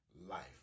life